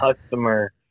customer